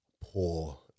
poor